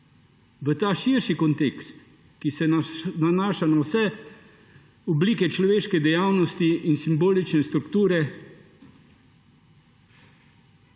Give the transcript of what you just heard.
V ta širši kontekst, ki se nanaša na vse oblike človeške dejavnosti in simbolične strukture,